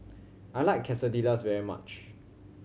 I like Quesadillas very much